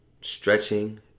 stretching